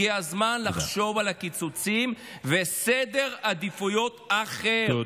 הגיע הזמן לחשוב על הקיצוצים ועל סדר עדיפויות אחר.